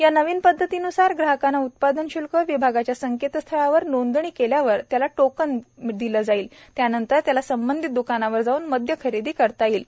या नवीन पद्धतीन्सार ग्राहकाने उत्पादन श्ल्क विभागाच्या संकेतस्थळावर नोंदणी केल्यावर त्याला टोकन दिलं मिळेल त्यानंतर त्याला संबंधित द्कानावर जाऊन मद्य खरेदी करता येईल